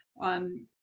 on